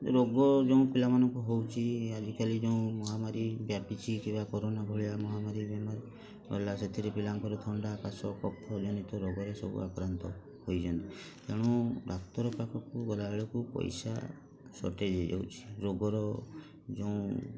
ରୋଗ ଯେଉଁ ପିଲାମାନଙ୍କୁ ହଉଛି ଆଜିକାଲି ଯେଉଁ ମହାମାରୀ ବ୍ୟାପିଛି କିମ୍ୱା କରୋନା ଭଳିଆ ମହାମାରୀ ଗଲା ସେଥିରେ ପିଲାଙ୍କର ଥଣ୍ଡା କାଶ କଫ ଜନିତ ରୋଗରେ ସବୁ ଆକ୍ରାନ୍ତ ହୋଇଯାଆନ୍ତି ତେଣୁ ଡାକ୍ତର ପାଖକୁ ଗଲାବେଳକୁ ପଇସା ସଟେଜ୍ ହେଇଯାଉଛି ରୋଗର ଯେଉଁ